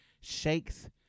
shakes